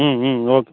ம் hmm okay